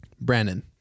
Brandon